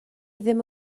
ddim